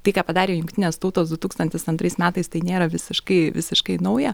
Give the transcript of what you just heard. tai ką padarė jungtinės tautos du tūkstantis antrais metais tai nėra visiškai visiškai nauja